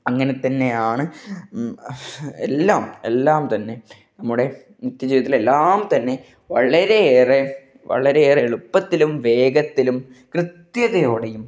അങ്ങനെ തന്നെയാണ് എല്ലാം എല്ലാം തന്നെ നമ്മുടെ നിത്യജീവിതത്തില് എല്ലാം തന്നെ വളരെ ഏറെ വളരെയേറെ എളുപ്പത്തിലും വേഗത്തിലും കൃത്യതയോടെയും